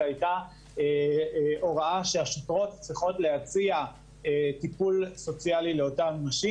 זו הייתה הוראה שהשוטרות צריכות להציע טיפול סוציאלי לאותן נשים,